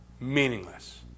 meaningless